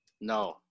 no